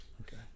Okay